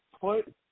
put